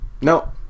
No